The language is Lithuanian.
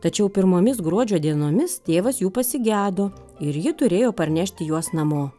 tačiau pirmomis gruodžio dienomis tėvas jų pasigedo ir ji turėjo parnešti juos namo